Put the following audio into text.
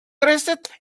dressed